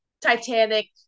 Titanic